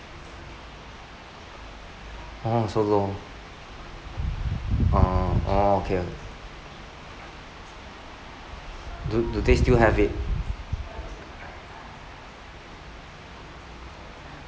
oh so low uh oh okay do do they still have it